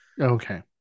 Okay